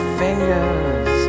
fingers